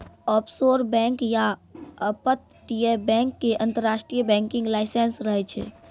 offshore bank या अपतटीय bank के अंतरराष्ट्रीय बैंकिंग लाइसेंस रहै छै